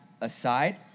aside